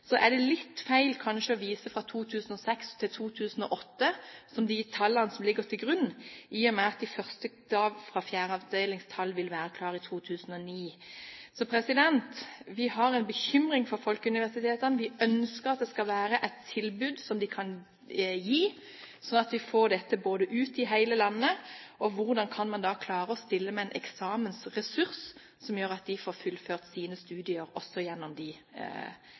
Så vi har en bekymring for folkeuniversitetene. Vi ønsker at det skal være et tilbud som de kan gi, sånn at vi får dette ut i hele landet. Og hvordan kan man klare å stille med en eksamensressurs som gjør at man får fullført sine studier, også gjennom